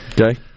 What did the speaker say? Okay